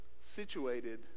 situated